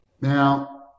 Now